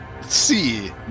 see